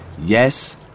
yes